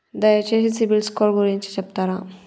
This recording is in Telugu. దయచేసి సిబిల్ స్కోర్ గురించి చెప్తరా?